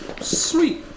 Sweet